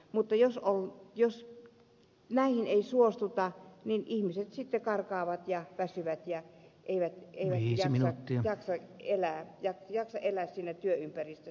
mutta jos näihin ei suostuta niin ihmiset väsyvät jäät eivät niissä minä kyllä ja karkaavat eivätkä jaksa elää siinä työympäristössä